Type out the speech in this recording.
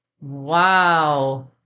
Wow